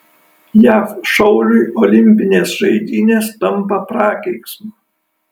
jav šauliui olimpinės žaidynės tampa prakeiksmu